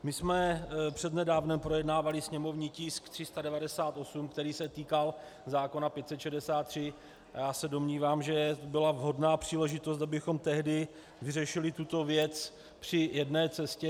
My jsme přednedávnem projednávali sněmovní tisk 398, který se týkal zákona 563, a já se domnívám, že byla vhodná příležitost, abychom tehdy vyřešili tuto věc při jedné cestě.